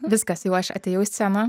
viskas jau aš atėjau į sceną